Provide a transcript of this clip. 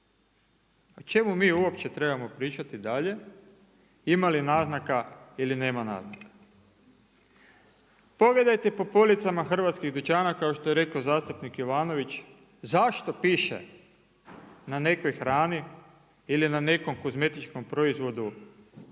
O čemu mi uopće trebamo pričati dalje, imali naznaka ili nema naznaka. Pogledajte po policama hrvatskih dućana kao što je rekao zastupnik Jovanović, zašto piše na nekoj hrani, ili na nekom kozmetičkom proizvodu free